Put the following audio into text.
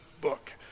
book